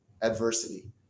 adversity